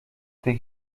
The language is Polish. tej